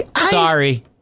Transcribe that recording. Sorry